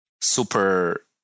super